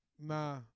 Nah